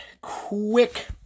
quick